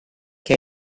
che